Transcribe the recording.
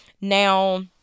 Now